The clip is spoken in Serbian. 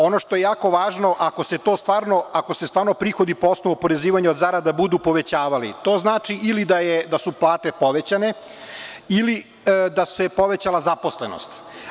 Ono što je jako važno, ako se stvarno prihodi po osnovu oporezivanja od zarada budu povećavali, to znači ili da su plate povećane ili da se povećala zaposlenost.